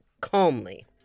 calmly